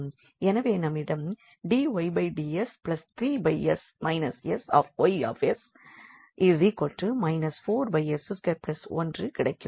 எனவே நம்மிடம் dYdS 3s SY 4s21 கிடைக்கும்